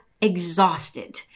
exhausted